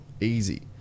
easy